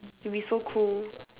it'll be so cool